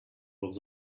was